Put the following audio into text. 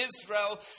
Israel